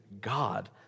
God